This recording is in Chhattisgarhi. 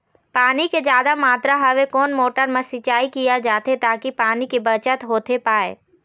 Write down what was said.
पानी के जादा मात्रा हवे कोन मोटर मा सिचाई किया जाथे ताकि पानी के बचत होथे पाए?